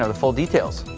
and full details.